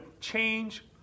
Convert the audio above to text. change